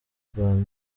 rwanda